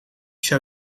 zou